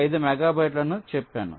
5 మెగాబైట్లని చెప్పాను